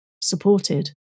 supported